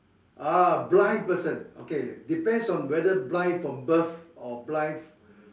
ah blind person okay depends on whether blind from birth or blind fr~